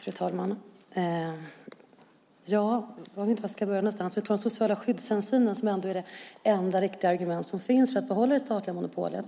Fru talman! Jag börjar med de sociala skyddshänsynen, som är det enda riktiga argument som finns för att behålla det statliga monopolet.